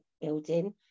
building